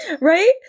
Right